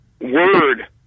word